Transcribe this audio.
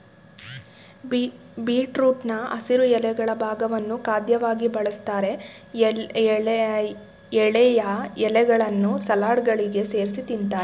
ಬೀಟ್ರೂಟ್ನ ಹಸಿರು ಎಲೆಗಳ ಭಾಗವನ್ನು ಖಾದ್ಯವಾಗಿ ಬಳಸ್ತಾರೆ ಎಳೆಯ ಎಲೆಗಳನ್ನು ಸಲಾಡ್ಗಳಿಗೆ ಸೇರ್ಸಿ ತಿಂತಾರೆ